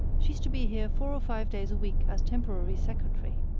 she's to be here four or five days a week as temporary secretary,